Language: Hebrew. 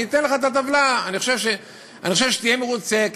אתן לך את הטבלה, אני חושב שתהיה מרוצה.